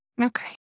Okay